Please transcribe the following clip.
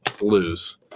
lose